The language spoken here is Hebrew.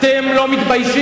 אתם לא מתביישים?